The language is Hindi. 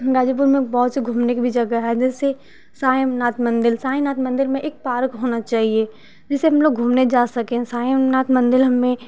गाजीपुर में बहुत सी घूमने की जगह है साईं नाथ मंदिर साई नाथ मन्दिर में एक पार्क होना चाहिए जिससे हम लोग घूमने जा सके साईनाथ मंदिर हमने